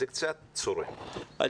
זה קצת צורם, תחשבו על זה.